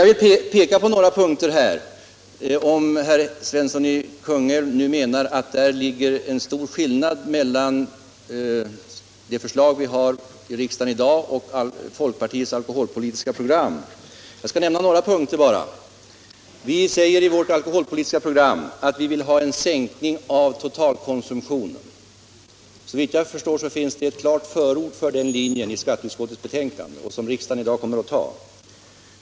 Herr Svensson i Kungälv tycks mena att det är en stor skillnad mellan de förslag som riksdagen i dag har att ta ställning till och folkpartiets alkoholpolitiska program. Jag vill då nämna bara några punkter. Vi säger i vårt alkoholpolitiska program att vi vill ha en sänkning av totalkonsumtionen. Såvitt jag förstår finns det ett klart förord för den linjen i skatteutskottets betänkande, som riksdagen i dag kommer att anta.